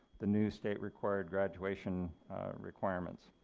the new state required graduation requirements.